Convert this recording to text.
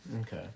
Okay